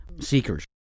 seekers